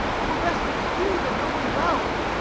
twere best with few, that know me well